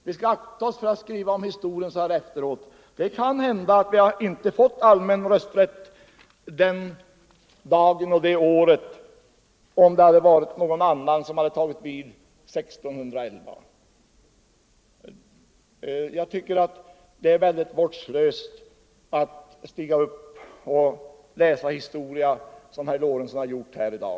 Vi skall akta oss för att skriva om historien i efterhand. Det kan hända att vi inte hade fått allmän rösträtt den dag och det år som vi nu fick, om någon annan hade tagit makten 1611. Jag tycker det är mycket vårdslöst att stiga upp här och läsa historia så som herr Lorentzon gjort här i dag.